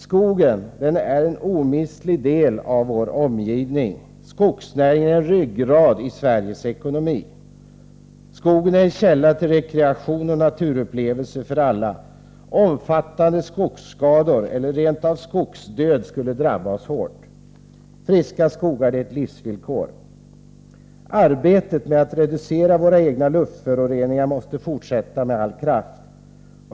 Skogen är en omistlig del av vår omgivning. Skogsnäringen är ryggraden i Sveriges ekonomi. Skogen är en källa till rekreation och naturupplevelser för alla. Omfattande skogsskador, eller rent av skogsdöd, skulle drabba oss hårt. Friska skogar är ett livsvillkor. Arbetet med att reducera våra egna luftföroreningar måste fortsätta med all kraft.